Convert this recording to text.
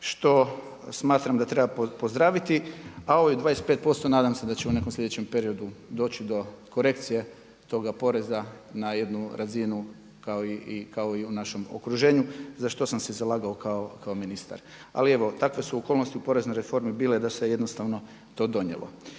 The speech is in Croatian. što smatram da treba pozdraviti, a ovih 25% nadam se da će u nekom sljedećem periodu doći do korekcije toga poreza na jednu razinu kao i u našem okruženju za što sam se zalagao kao ministar. Ali evo, takve su okolnosti u poreznoj reformi bile da se to jednostavno donijelo.